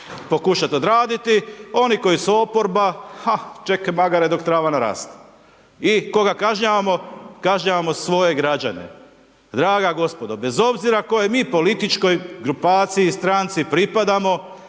pokušati odraditi, oni koji su oporba, ha čekaj …/Govornik se ne razumije./… dok trava naraste. I koga kažnjavamo? Kažnjavamo svoje građane. Draga gospodo, bez obzira kojoj mi političkoj grupaciji, stranci propadamo,